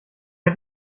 hat